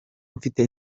mfite